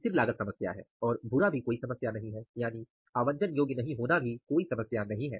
स्थिर समस्या है और भूरा भी कोई समस्या नहीं है यानि आवंटन योग्य नहीं होना भी कोई समस्या नहीं है